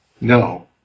No